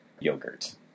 yogurt